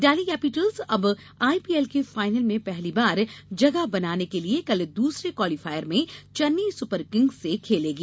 Delhi Capitals अब IPL के final में पहली बार जगह बनाने के लिए कल दूसरे क्वालीफायर में चेन्नई सुपर किंग्स से खेलेगी